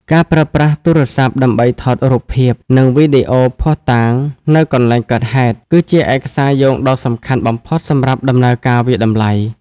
ការប្រើប្រាស់ទូរស័ព្ទដើម្បី ថតរូបភាព និងវីដេអូភស្តុតាង នៅកន្លែងកើតហេតុ គឺជាឯកសារយោងដ៏សំខាន់បំផុតសម្រាប់ដំណើរការវាយតម្លៃ។